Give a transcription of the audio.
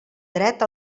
dret